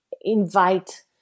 invite